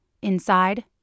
Inside